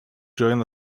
join